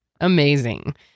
Amazing